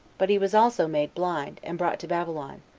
but he was also made blind, and brought to babylon,